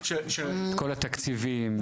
את כל התקציבים,